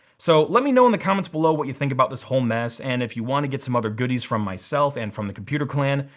so let me know in the comments below what you think about this whole mess, and if you wanna get some other goodies from myself and from the computer clan,